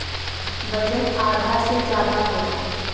budget आधा से जादा होला